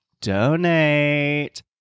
donate